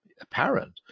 apparent